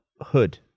hood